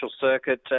circuit